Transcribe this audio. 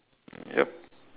yup